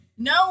No